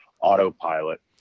autopilot